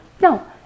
No